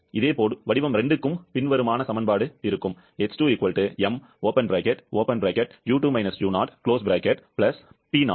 இதேபோல் வடிவ 2 க்கு இது பின்வருமாறு அது 25